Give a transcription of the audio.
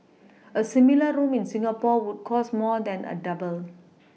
a similar room in Singapore would cost more than a double